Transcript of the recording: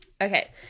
okay